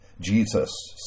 Jesus